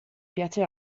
piace